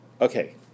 Okay